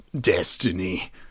destiny